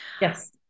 Yes